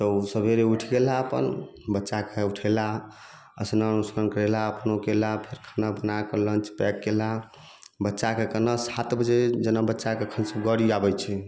तब ओ सबेरे उठि गेला अपन बच्चाके उठेला स्नान ओस्नान करेला अपनो कयला फेर खाना बनाके लंच पैक कयला बच्चाके केना सात बजे जेना बच्चाके फेर से गड़ी आबैत छै